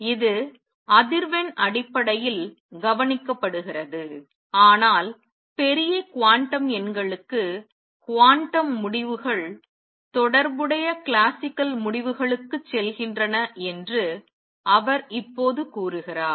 இது அதிர்வெண் அடிப்படையில் கவனிக்கப்படுகிறது ஆனால் பெரிய குவாண்டம் எண்களுக்கு குவாண்டம் முடிவுகள் தொடர்புடைய கிளாசிக்கல் முடிவுகளுக்கு செல்கின்றன என்று அவர் இப்போது கூறுகிறார்